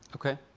okay,